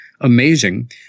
amazing